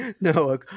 no